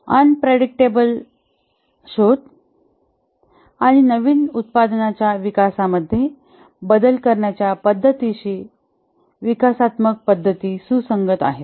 unpredictable शोध आणि नवीन उत्पादनाच्या विकासामध्ये बदल करण्याच्या पद्धतीशी विकासात्मक पद्धती सुसंगत आहेत